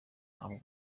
ntabwo